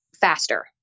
faster